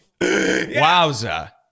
Wowza